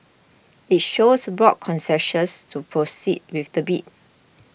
it shows broad consensus to proceed with the bid